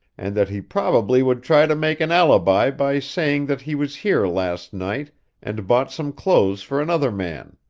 and that he probably would try to make an alibi by saying that he was here last night and bought some clothes for another man.